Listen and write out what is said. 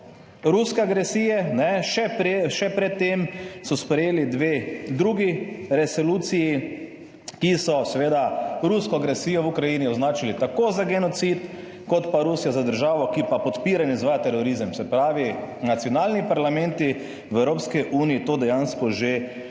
ruske agresije. Še pred tem so sprejeli dve drugi resoluciji, ki so seveda rusko agresijo v Ukrajini označili tako za genocid kot pa Rusijo za državo, ki pa podpira in izvaja terorizem. Se pravi, nacionalni parlamenti v Evropski uniji to dejansko že počnejo.